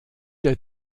der